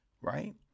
right